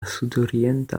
sudorienta